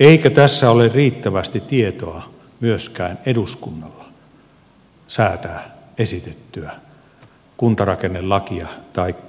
eikä tässä ole riittävästi tietoa myöskään eduskunnalla säätää esitettyä kuntarakennelakia eli kuntajakolakia